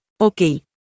Okay